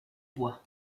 bois